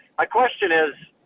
my question is,